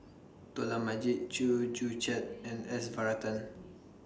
Dollah Majid Chew Joo Chiat and S Varathan